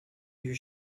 your